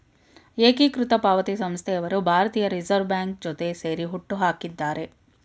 ಏಕೀಕೃತ ಪಾವತಿ ಸಂಸ್ಥೆಯವರು ಭಾರತೀಯ ರಿವರ್ಸ್ ಬ್ಯಾಂಕ್ ಜೊತೆ ಸೇರಿ ಹುಟ್ಟುಹಾಕಿದ್ದಾರೆ